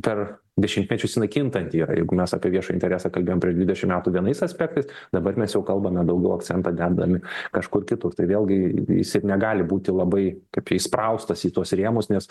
per dešimtmečius jinai kintanti yra jeigu mes apie viešą interesą kalbėjom prieš dvidešim metų vienais aspektais dabar mes jau kalbame daugiau akcentą dedam kažkur kitur tai vėlgi jis ir negali būti labai kaip įspraustas į tuos rėmus nes